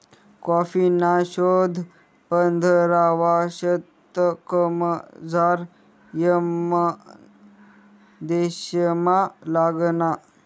कॉफीना शोध पंधरावा शतकमझाऱ यमन देशमा लागना